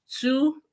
Two